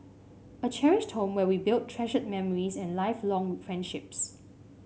a cherished home where we build treasured memories and lifelong friendships